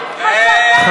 וגם,